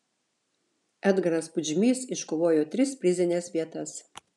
edgaras pudžmys iškovojo tris prizines vietas